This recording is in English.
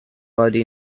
already